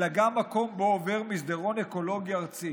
אלא גם מקום שבו עובר מסדרון אקולוגי ארצי